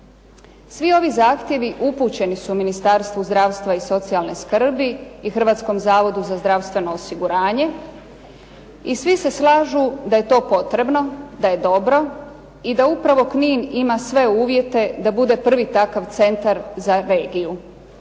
Svi ovi zahtjevi upućeni su Ministarstvu zdravstva i socijalne skrbi i Hrvatskom zavodu za zdravstveno osiguranje i svi se slažu da je to potrebno, da je dobro i da upravo Knin ima sve uvjete da bude prvi takav centar za regiju.